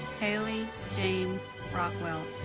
hailey james rockwell